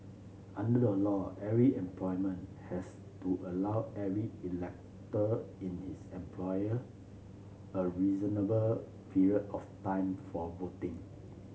under the law every employment has to allow every elector in his employ a reasonable period of time for voting